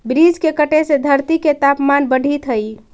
वृक्ष के कटे से धरती के तपमान बढ़ित हइ